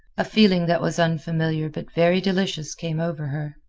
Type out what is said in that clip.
a feeling that was unfamiliar but very delicious came over her.